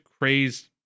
crazed